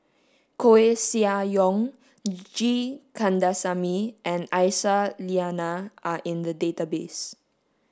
Koeh Sia Yong G Kandasamy and Aisyah Lyana are in the database